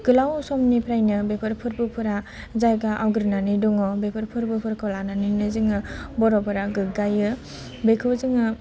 गोलाव समनिफ्रायनो बेफोर फोरबोफोरा जायगा आवग्रिनानै दङ बेफोर फोरबोफोरखौ लानानैनो जोङो बर'फ्रा गोग्गायो बेखौ जोङो